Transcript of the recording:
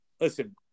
listen